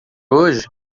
hoje